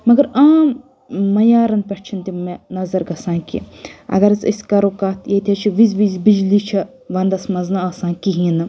مَگَر عام مَیعارَن پؠٹھ چھنہٕ تِم مےٚ نَظَر گَژھان کینٛہہ اَگر حظ أسۍ کَرو کَتھ ییٚتہِ حظ چھِ وِزِ وِزِ بِجلی چھِ وَنٛدَس منٛز نَہ آسان کہیٖنۍ